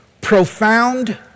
profound